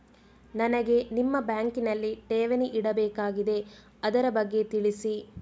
ನನಗೆ ನಿಮ್ಮ ಬ್ಯಾಂಕಿನಲ್ಲಿ ಠೇವಣಿ ಇಡಬೇಕಾಗಿದೆ, ಅದರ ಬಗ್ಗೆ ತಿಳಿಸಿ